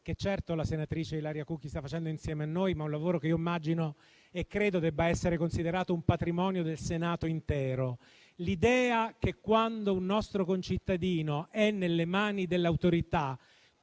che certo la senatrice Ilaria Cucchi sta facendo insieme a noi, ma che io credo debba essere considerato un patrimonio del Senato intero. L'idea che, quando un nostro concittadino è nelle mani delle autorità,